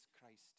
Christ